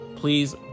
Please